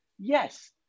Yes